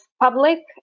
public